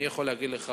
אני יכול להגיד לך,